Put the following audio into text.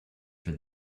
for